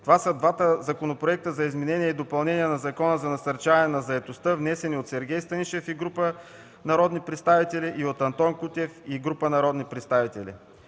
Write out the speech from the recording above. Това са двата законопроекта за изменение и допълнение на Закона за насърчаване на заетостта, внесени от Сергей Станишев и група народни представители и от Антон Кутев и група народни представители.